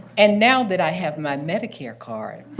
and now that i have my medicare card,